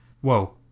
Whoa